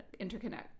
interconnect